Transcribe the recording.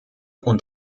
und